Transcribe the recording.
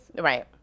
Right